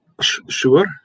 Sure